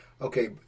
okay